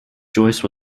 joyce